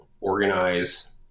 organize